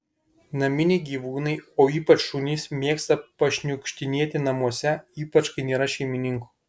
naminiai gyvūnai o ypač šunys mėgsta pašniukštinėti namuose ypač kai nėra šeimininkų